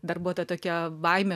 dar buvo ta tokia baimė